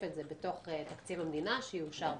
את זה בתוך תקציב המדינה שיאושר בכנסת.